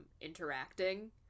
interacting